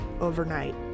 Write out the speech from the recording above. overnight